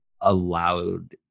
allowed